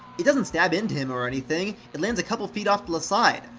it doesn't stab into him or anything it lands a couple feet off to the side.